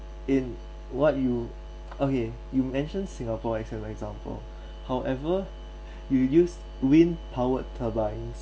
in what you okay you mentioned singapore as an example however you use wind powered turbines